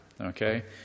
Okay